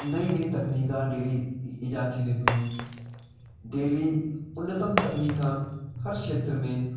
नई नई तकनीका डेली ईजाद थींदियूं पियूं नी डेली उन्नतम तकनीका हर खेत्र में